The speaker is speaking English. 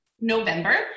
November